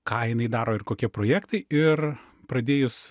ką jinai daro ir kokie projektai ir pradėjus